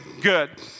Good